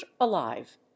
alive